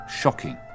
shocking